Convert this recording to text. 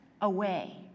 away